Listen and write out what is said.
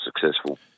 successful